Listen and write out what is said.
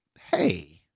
hey